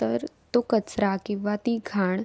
तर तो कचरा किंवा ती घाण